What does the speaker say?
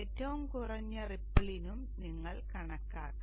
ഏറ്റവും കുറഞ്ഞ റിപ്പിളിനും നിങ്ങൾ കണക്കാക്കണം